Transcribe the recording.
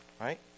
right